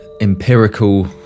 empirical